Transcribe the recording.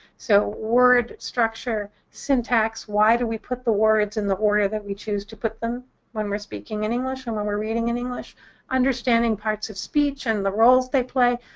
so word structure, syntax why do we put the words in the order that we choose to put them when we're speaking in english and when we're reading in english understanding parts of speech and the roles they play.